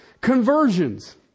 conversions